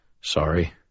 Sorry